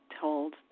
told